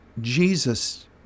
Jesus